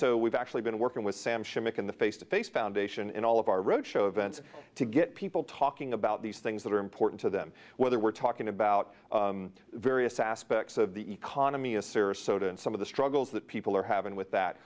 so we've actually been working with sam schmidt in the face to face foundation in all of our road show events to get people talking about these things that are important to them whether we're talking about various aspects of the economy a serious soda and some of the struggles that people are having with that